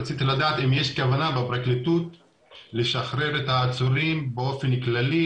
רציתי לדעת אם יש כוונה בפרקליטות לשחרר את העצורים באופן כללי